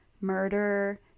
murder